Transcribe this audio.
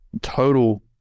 total